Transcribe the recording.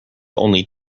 only